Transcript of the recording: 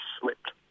slipped